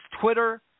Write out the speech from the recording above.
Twitter